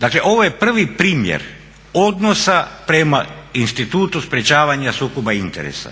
dakle ovo je prvi primjer odnosa prema institutu sprječavanja sukoba interesa,